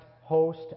host